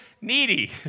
needy